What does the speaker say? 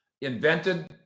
invented